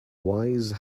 wise